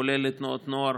כולל לתנועות נוער,